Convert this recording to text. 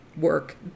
work